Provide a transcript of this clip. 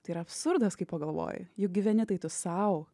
tai yra absurdas kai pagalvoji juk gyveni tai tu sau